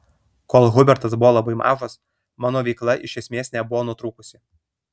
kol hubertas buvo labai mažas mano veikla iš esmės nebuvo nutrūkusi